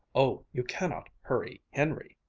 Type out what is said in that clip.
oh, you cannot hurry henry,